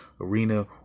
arena